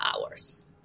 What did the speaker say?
hours